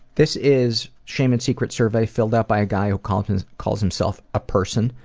this is shame and secrets survey, filled out by a guy who calls and calls himself a person.